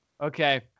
Okay